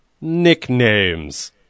Nicknames